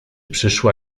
przyszła